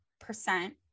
percent